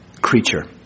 creature